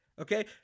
Okay